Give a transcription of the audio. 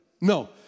No